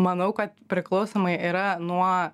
manau kad priklausomai yra nuo